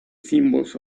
symbols